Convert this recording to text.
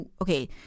okay